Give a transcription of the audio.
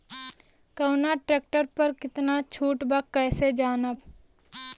कवना ट्रेक्टर पर कितना छूट बा कैसे जानब?